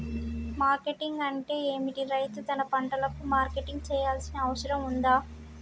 Marketing అంటే ఏమిటి? రైతు తన పంటలకు మార్కెటింగ్ చేయాల్సిన అవసరం ఉందా?